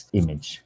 image